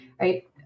right